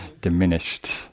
diminished